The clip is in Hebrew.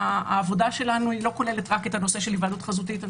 העבודה שלנו לא כוללת רק את הנושא של היוועדות חזותית.